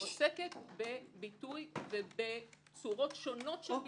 עוסקת בביטוי ובצורות שונות של ביטוי.